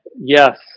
Yes